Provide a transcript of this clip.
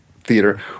theater